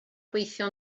gweithio